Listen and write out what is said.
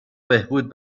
بهبود